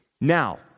Now